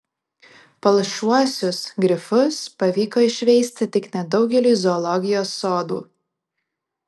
palšuosius grifus pavyko išveisti tik nedaugeliui zoologijos sodų